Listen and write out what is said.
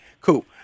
Cool